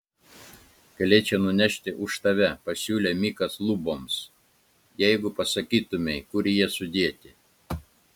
galėčiau nunešti už tave pasiūlė mikas luboms jeigu pasakytumei kur jie sudėti